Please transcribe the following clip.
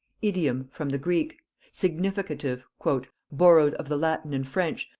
idiom, from the greek significative, borrowed of the latin and french,